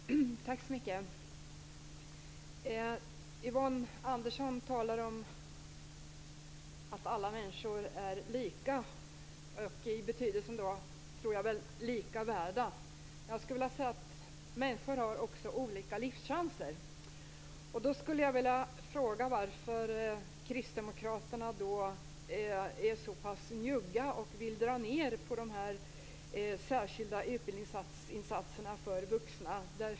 Herr talman! Yvonne Andersson talar om att alla människor är lika, i betydelsen lika värde. Jag skulle vilja säga att människor har olika livschanser. Varför är då Kristdemokraterna så pass njugga och vill dra ned på de särskilda utbildningsinsatserna för vuxna?